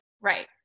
Right